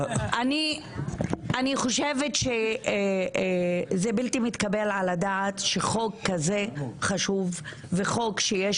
אני חושבת שזה בלתי מתקבל על הדעת שחוק כזה חשוב וחוק שיש